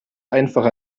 einfach